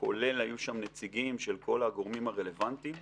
היו שם נציגים של כל הגורמים הרלוונטיים,